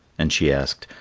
and she asked,